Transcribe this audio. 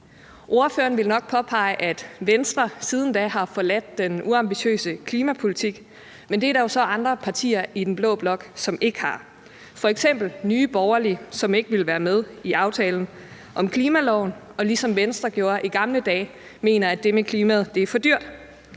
Ordføreren vil nok påpege, at Venstre siden da har forladt den uambitiøse klimapolitik, men det er der jo så andre partier i den blå blok som ikke har, f.eks. Nye Borgerlige, som ikke ville være med i aftalen om klimaloven, og som, ligesom Venstre gjorde i gamle dage, mener, at det med klimaet er for dyrt.